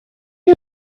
you